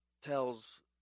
tells